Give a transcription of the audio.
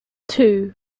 two